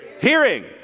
hearing